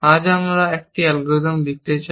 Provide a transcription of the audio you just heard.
আজ আমরা একটি অ্যালগরিদম দেখতে চাই